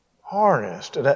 harnessed